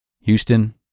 Houston